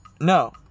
no